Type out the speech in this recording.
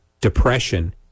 depression